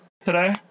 today